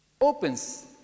opens